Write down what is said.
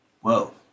Whoa